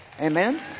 Amen